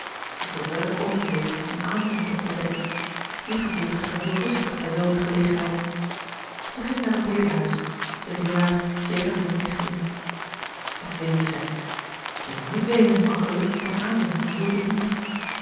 dit is ook wel een oogenblik om aandoeningen op te wekken wie gevoelt zich geheel rustig bij zulk eene gelegenheid zij ging naar het bedehuis de leeraar zegende hun echt in wat weende zij wie zou niet weenen van geluk en aandoening in zulk een uur